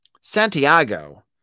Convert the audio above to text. Santiago